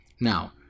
Now